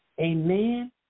Amen